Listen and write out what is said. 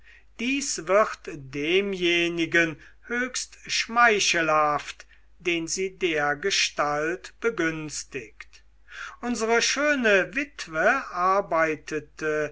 dies wird demjenigen höchst schmeichelhaft den sie dergestalt begünstigt unsere schöne witwe arbeitete